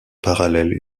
parallèle